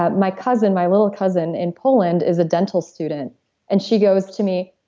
ah my cousin, my little cousin in poland, is a dental student and she goes to me,